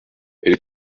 elle